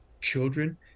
children